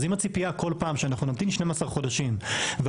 אז אם הציפייה כל פעם שאנחנו נמתין 12 חודשים ואז